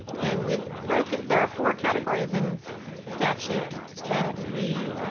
and we've broken there are four categories in statute that the